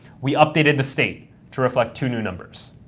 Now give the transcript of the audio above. we updated the state to reflect two new numbers.